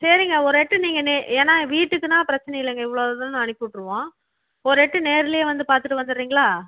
சரிங்க ஒரு எட்டு நீங்கள் நே ஏன்னால் வீட்டுக்குன்னா பிரச்சின இல்லைங்க இவ்வளோதான்னு அனுப்பிவிட்டுருவோம் ஒரு எட்டு நேரிலே வந்து பார்த்துட்டு வந்துடுறீங்களா